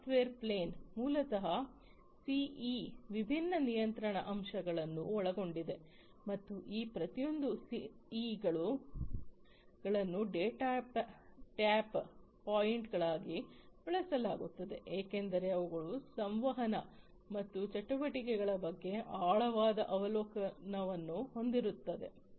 software plane ಮೂಲತಃ ಸಿಇಗಳಲ್ಲಿನ ವಿಭಿನ್ನ ನಿಯಂತ್ರಣ ಅಂಶಗಳನ್ನು ಒಳಗೊಂಡಿದೆ ಮತ್ತು ಈ ಪ್ರತಿಯೊಂದು ಸಿಇಗಳನ್ನು ಡೇಟಾ ಟ್ಯಾಪ್ ಪಾಯಿಂಟ್ಗಳಾಗಿ ಬಳಸಲಾಗುತ್ತದೆ ಏಕೆಂದರೆ ಅವುಗಳು ಸಂವಹನ ಮತ್ತು ಚಟುವಟಿಕೆಗಳ ಬಗ್ಗೆ ಆಳವಾದ ಅವಲೋಕನವನ್ನು ಹೊಂದಿರುತ್ತವೆ